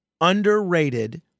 underrated